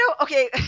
okay